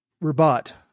Rabat